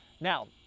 Now